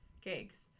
gigs